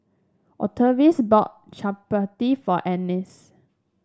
Octavius bought Chapati for Annice